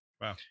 Wow